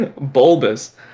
bulbous